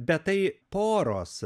bet tai poros